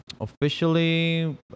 officially